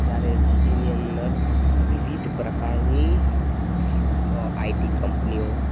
જ્યારે સિટિની અંદર વિવિધ પ્રકારની આઇટી કંપનીઓ